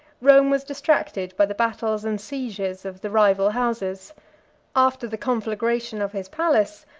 rome was distracted by the battles and sieges of the rival houses after the conflagration of his palace,